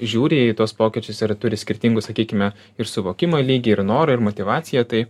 žiūri į tuos pokyčius ir turi skirtingus sakykime ir suvokimo lygį ir noro ir motyvaciją tai